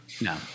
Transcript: no